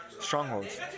strongholds